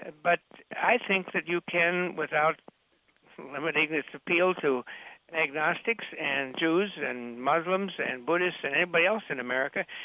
but i think that you can, without limiting its appeal to agnostics and jews and muslims and buddhists and anybody else in america,